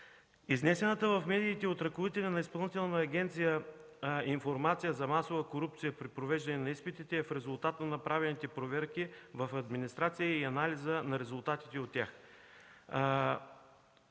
Изнесената в медиите от ръководителя на Изпълнителна агенция „Информация” за масова корупция при провеждане на изпитите е в резултат на направените проверки в администрацията и анализи на резултатите от тях.